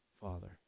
Father